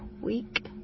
week